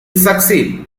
succeed